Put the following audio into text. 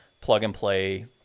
plug-and-play